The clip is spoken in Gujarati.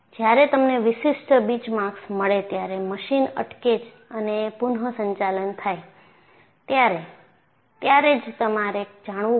જ્યારે તમને વિશિષ્ટ બીચમાર્ક્સ મળે ત્યારે મશીન અટકે અને પુનઃસંચાલન થાય ત્યારે જ તમારે જાણવું પડશે